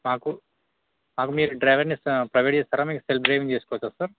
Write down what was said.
మాకు మాకు మీరు డ్రైవర్ని ప్రొవైడ్ చేస్తారా మేము సెల్ఫ్ డ్రైవింగ్ చేసుకోవచ్చా సార్